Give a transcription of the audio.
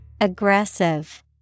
Aggressive